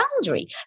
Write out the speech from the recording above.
boundary